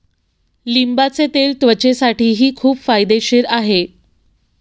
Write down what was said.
लिंबाचे तेल त्वचेसाठीही खूप फायदेशीर आहे